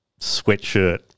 sweatshirt